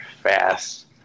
fast